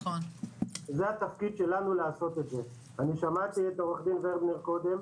שמעתי את עורכת הדין ורבנר קודם,